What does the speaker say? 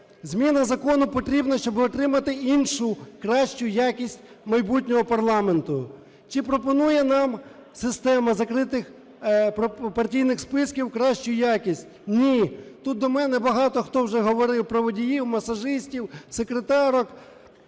Зміна закону потрібна, щоб отримати іншу, кращу якість майбутнього парламенту. Чи пропонує нам система закритих партійних списків кращу якість? Ні. Тут до мене багато хто вже говорив про водіїв, масажистів, секретарок